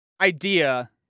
idea